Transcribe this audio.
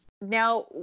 now